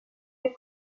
des